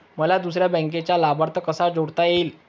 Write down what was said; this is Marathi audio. मला दुसऱ्या बँकेचा लाभार्थी कसा जोडता येईल?